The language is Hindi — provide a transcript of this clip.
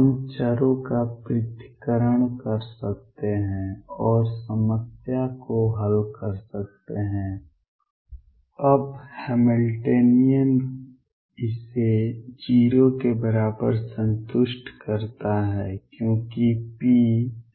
हम चरों का पृथक्करण कर सकते हैं और समस्या को हल कर सकते हैं अब हैमिल्टनियन इसे 0 के बराबर संतुष्ट करता है क्योंकि p